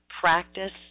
Practice